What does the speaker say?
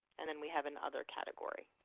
and then, we have and other category.